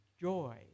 joy